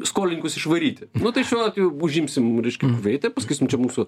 skolininkus išvaryti nu tai šiuo atveju užimsim reiškia kuveitą ir pasakysim čia mūsų